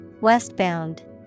Westbound